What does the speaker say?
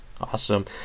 Awesome